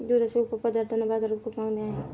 दुधाच्या उपपदार्थांना बाजारात खूप मागणी आहे